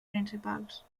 principals